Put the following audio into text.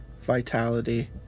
vitality